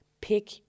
pick